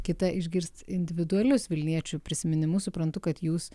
kita išgirst individualius vilniečių prisiminimus suprantu kad jūs